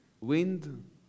wind